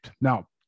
Now